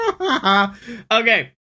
Okay